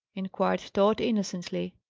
inquired tod, innocently.